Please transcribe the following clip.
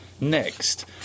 next